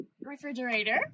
refrigerator